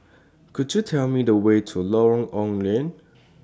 Could YOU Tell Me The Way to Lorong Ong Lye